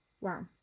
wow